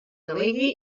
delegui